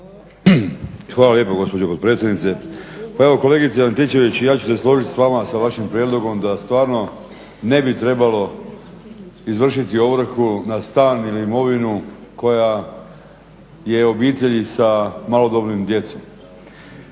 Hvala lijepo gospođo potpredsjednice. Pa evo kolegice Antičević, ja ću se složiti sa vama, sa vašim prijedlogom da stvarno ne bi trebalo izvršiti ovrhu na stan ili imovinu koja je obitelj sa malodobnom djecom.